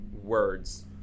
words